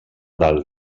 del